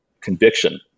conviction